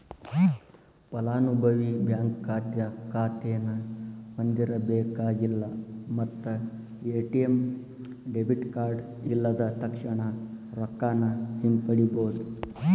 ಫಲಾನುಭವಿ ಬ್ಯಾಂಕ್ ಖಾತೆನ ಹೊಂದಿರಬೇಕಾಗಿಲ್ಲ ಮತ್ತ ಎ.ಟಿ.ಎಂ ಡೆಬಿಟ್ ಕಾರ್ಡ್ ಇಲ್ಲದ ತಕ್ಷಣಾ ರೊಕ್ಕಾನ ಹಿಂಪಡಿಬೋದ್